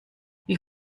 wie